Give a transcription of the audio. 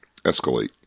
escalate